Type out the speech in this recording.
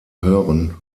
hören